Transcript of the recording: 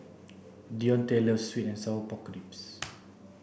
Dionte loves sweet and sour pork ribs